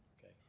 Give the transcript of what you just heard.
Okay